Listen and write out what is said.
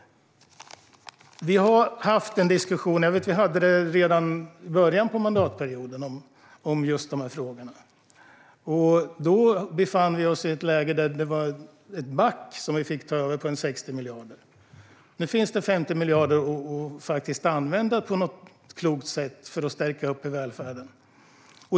Vi hade en diskussion redan i början av mandatperioden om just dessa frågor. Då befann vi oss i ett läge där vi fick ta över och låg 60 miljarder back. Nu finns det 50 miljarder att använda på ett klokt sätt för att stärka välfärden.